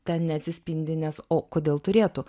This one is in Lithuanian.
ten neatsispindi nes o kodėl turėtų